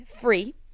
free